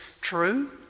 true